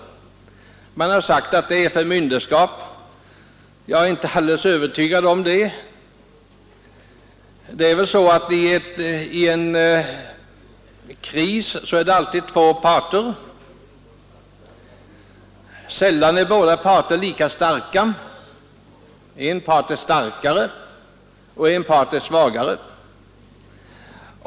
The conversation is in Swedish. Det har sagts från en del håll att det är förmynderskap att man inte skulle få skilsmässa direkt. Jag är inte alldeles övertygad om det. I en kris är det alltid två parter. Sällan är båda parter lika starka: En part är starkare och en part är svagare.